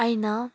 ꯍꯥꯏꯅ